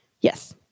Yes